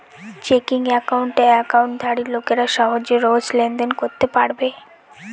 checking একাউণ্টে একাউন্টধারী লোকেরা সহজে রোজ লেনদেন করতে পারবে